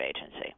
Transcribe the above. agency